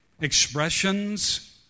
expressions